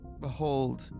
behold